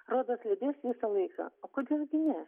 rodos lydės visą laiką o kodėl gi ne